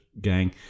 gang